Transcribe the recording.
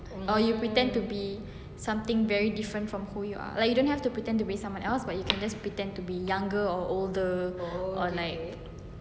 or you pretend to be something very different from who you are like you don't have to pretend to be someone else but you can just pretend to be younger or older or like